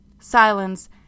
Silence